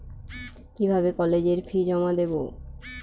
কিভাবে কলেজের ফি জমা দেবো?